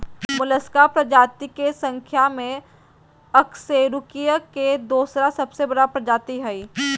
Mollusca प्रजाति के संख्या में अकशेरूकीय के दोसर सबसे बड़ा जाति हइ